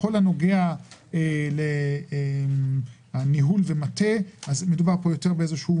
בכל הנוגע לניהול ומטה, מדובר בנוהל